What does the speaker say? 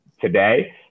today